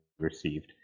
received